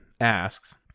asks